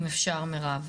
אם אפשר מירב,